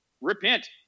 repent